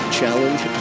challenge